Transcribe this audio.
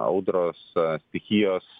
audros stichijos